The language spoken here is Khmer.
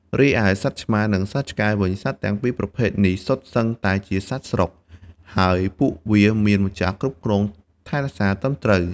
រីឯសត្វឆ្មា និងសត្វឆ្កែវិញ សត្វទាំងពីរប្រភេទនេះ សុទ្ធសឹងតែជាសត្វស្រុក ហើយពួកវាមានម្ចាស់គ្រប់គ្រងថែរក្សាត្រឹមត្រូវ។